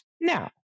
Now